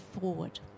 forward